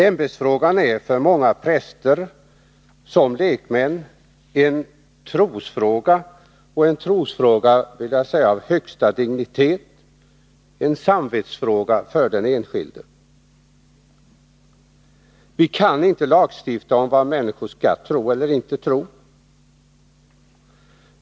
Ämbetsfrågan är för många präster och lekmän en trosfråga, en trosfråga av högsta dignitet, och en samvetsfråga för den enskilde. Vi kan inte lagstifta om vad människor skall tro eller inte tro.